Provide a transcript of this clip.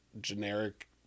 generic